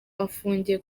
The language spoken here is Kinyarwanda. afungiye